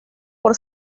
por